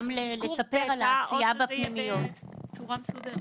בצורה מסודרת.